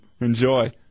enjoy